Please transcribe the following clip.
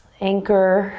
anchor